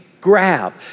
grab